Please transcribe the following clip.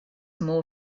more